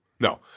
No